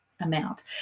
amount